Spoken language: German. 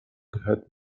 gehört